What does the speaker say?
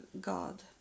god